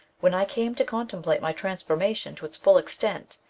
when i came to contemplate my transformation to its full extent,